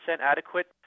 adequate